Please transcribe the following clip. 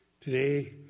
today